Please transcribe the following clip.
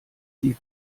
sie